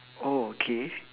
oh okay